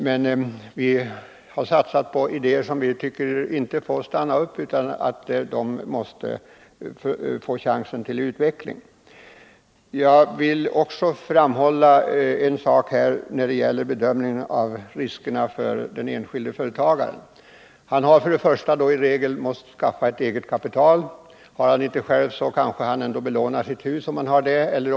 Men vi har satsat på idéer som enligt vår mening inte får stanna upp utan måste få chansen att utvecklas. Jag vill också framhålla ytterligare en sak när det gäller bedömningen av riskerna för den enskilde företagaren. Han har för det första i regel måst skaffa ett eget kapital. Om han inte själv har kapitalet kanske han belånar sitt hus, om han har ett sådant.